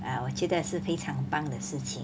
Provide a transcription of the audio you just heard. ah 我觉得是非常棒的事情